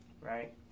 Right